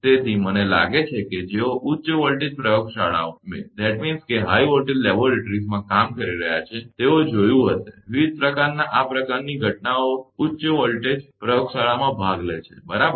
તેથી મને લાગે છે કે જેઓ ઉચ્ચ વોલ્ટેજ પ્રયોગશાળાઓમાં કામ કરી રહ્યા છે તેઓએ જોયું હશે વિવિધ પ્રકારના આ પ્રકારની ઘટનાઓ ઉચ્ચ વોલ્ટેજ પ્રયોગશાળામાં ભાગ લે છે બરાબર